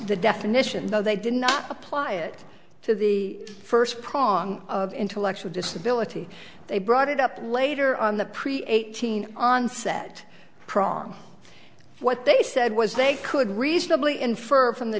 the definition that they do not apply it to the first prong of intellectual disability they brought it up later on the pre eighteen onset prong what they said was they could reasonably infer from the